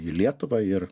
į lietuvą ir